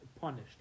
punished